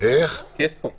האמת, כיף פה.